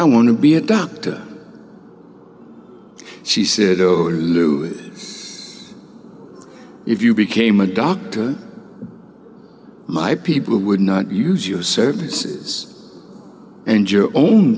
i want to be a doctor she said or new if you became a doctor my people would not use your services and your own